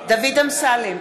דוד אמסלם,